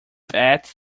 bat